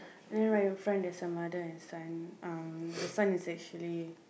then right in front there's a mother and son um the son is actually